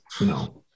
no